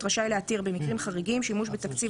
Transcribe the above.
רשאי להתיר במקרים חריגים שימוש בתקציב